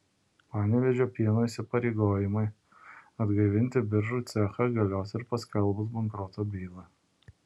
panevėžio pieno įsipareigojimai atgaivinti biržų cechą galios ir paskelbus bankroto bylą